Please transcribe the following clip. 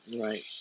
right